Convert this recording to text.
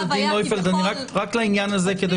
לעניין הזה,